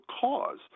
cause